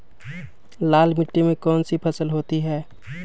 लाल मिट्टी में कौन सी फसल होती हैं?